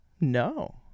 No